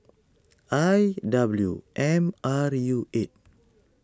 I W M R U eight